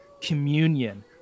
communion